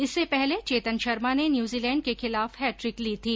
इससे पहले चेतन शर्मा ने न्यूजीलैण्ड के खिलाफ हैट्रिक ली थी